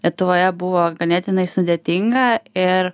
lietuvoje buvo ganėtinai sudėtinga ir